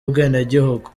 ubwenegihugu